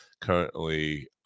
currently